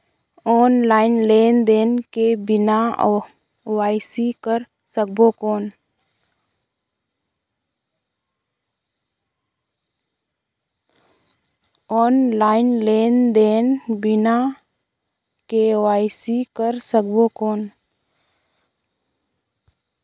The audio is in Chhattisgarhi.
ऑनलाइन लेनदेन बिना के.वाई.सी कर सकबो कौन??